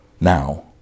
now